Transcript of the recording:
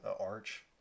arch